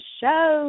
show